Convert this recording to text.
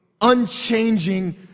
unchanging